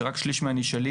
שרק שליש מהנשאלים